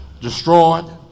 destroyed